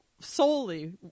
solely